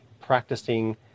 practicing